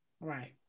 right